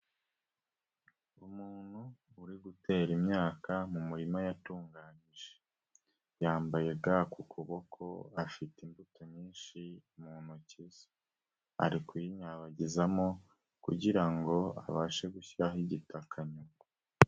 Umuntu uri gutera imyaka mu murima yatunganyije. Yambaye ga ku kuboko, afite imbuto nyinshi mu ntoki ze. Ari kuyinyanyagizamo kugira ngo abashe gushyiraho igitaka nyuma.